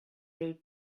route